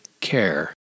care